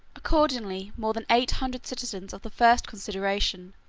accordingly more than eight hundred citizens of the first consideration,